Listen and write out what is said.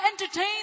entertain